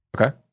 Okay